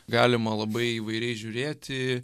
galima labai įvairiai žiūrėti